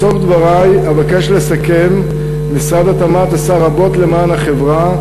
בסוף דברי אבקש לסכם: משרד התמ"ת עשה רבות למען החברה,